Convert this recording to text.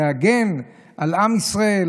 להגן על עם ישראל,